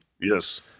Yes